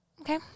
Okay